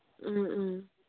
ꯎꯝ ꯎꯝ